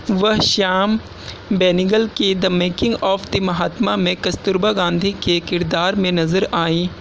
وہ شیام بینگل کی the making of the Mahatma میں کستوربا گاندھی کے کردار میں نظر آئیں